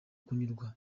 kunyurwa